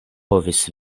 povis